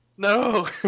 No